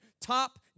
top